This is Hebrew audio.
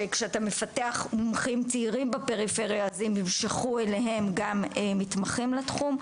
כשאתה מפתח מומחים צערים בפריפריה אז הם ימשכו אליהם גם מתמחים בתחום.